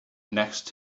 next